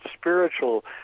spiritual